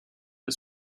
est